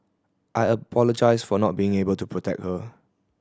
I apologised for not being able to protect her